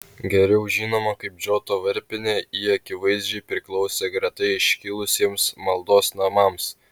geriau žinoma kaip džoto varpinė ji akivaizdžiai priklausė greta iškilusiems maldos namams